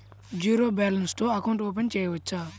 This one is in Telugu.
జీరో బాలన్స్ తో అకౌంట్ ఓపెన్ చేయవచ్చు?